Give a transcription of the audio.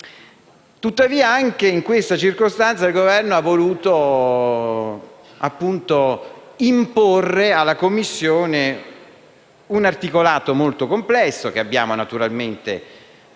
Tuttavia, anche in questa circostanza il Governo ha voluto imporre alla Commissione un articolato molto complesso, che abbiamo naturalmente